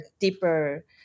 deeper